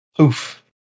Oof